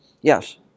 Yes